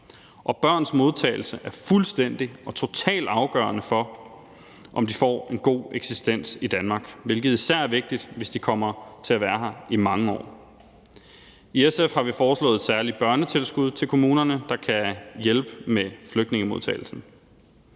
Børns modtagelse er fuldstændig og totalt afgørende for, om de får en god eksistens i Danmark, hvilket især er vigtigt, hvis de kommer til at være her i mange år. I SF har vi foreslået et særligt børnetilskud til kommunerne, der kan hjælpe med flygtningemodtagelsen.